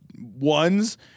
ones